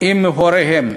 עם הוריהן.